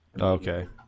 Okay